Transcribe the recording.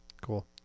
Cool